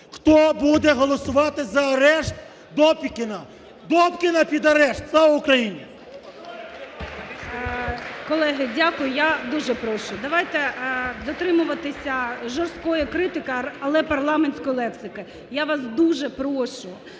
хто буде голосувати за арешт Добкіна. Добкіна – під арешт! Слава Україні!